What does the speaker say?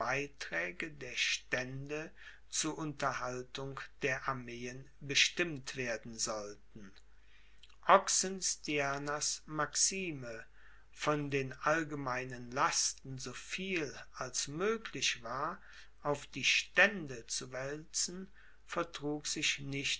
beiträge der stände zu unterhaltung der armeen bestimmt werden sollten oxenstiernas maxime von den allgemeinen lasten so viel als möglich war auf die stände zu wälzen vertrug sich nicht